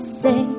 say